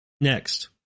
Next